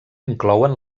inclouen